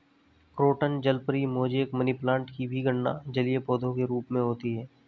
croton जलपरी, mosaic, money plant की भी गणना जलीय पौधे के रूप में होती है